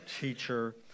teacher